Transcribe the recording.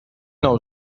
nou